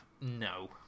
No